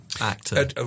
actor